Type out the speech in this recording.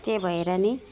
त्यही भएर नै